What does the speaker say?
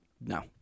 No